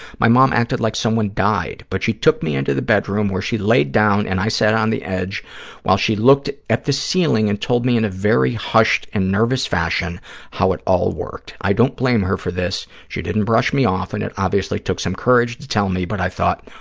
my mom acted like someone died, but she took me into the bedroom, where she laid down and i sat on the edge while she looked at the ceiling and told me in a very hushed and nervous fashion how it all worked. i don't blame her for this. she didn't brush me off, and it obviously took some courage to tell me but i thought,